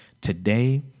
today